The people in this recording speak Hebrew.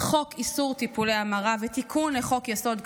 חוק איסור טיפולי המרה ותיקון לחוק-יסוד: